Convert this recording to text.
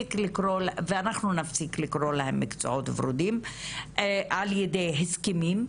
ואנחנו נפסיק לקרוא להם מקצועות ורודים על ידי הסכמים.